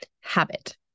habit